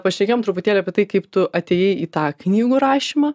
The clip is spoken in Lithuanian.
pašnekėjom truputėlį apie tai kaip tu atėjai į tą knygų rašymą